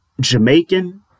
Jamaican